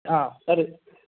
हा तर्